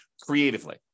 creatively